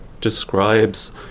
describes